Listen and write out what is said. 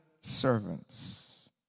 servants